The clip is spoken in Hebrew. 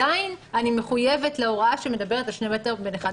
עדיין אני מחויבת להוראה שמדברת על שני מטר בין אחד לשני.